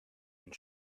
and